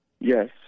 Yes